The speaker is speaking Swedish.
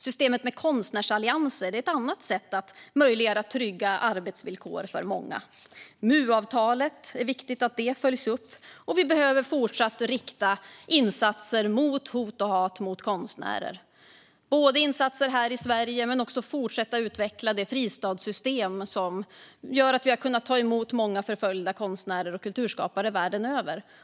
Systemet med konstnärsallianser är ett annat sätt att möjliggöra trygga arbetsvillkor för många. Det är viktigt att MU-avtalet följs upp, och vi behöver fortsatt rikta insatser mot hot och hat mot konstnärer. Det handlar om insatser här i Sverige men också om att fortsätta utveckla det fristadssystem som gör att vi har kunnat ta emot många förföljda konstnärer och kulturskapare världen över.